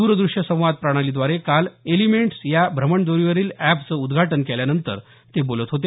द्रदृश्य संवाद प्रणालीद्वारे काल एलिमेंट्स या मोबाईल एपचं उद्घाटन केल्यानंतर ते बोलत होते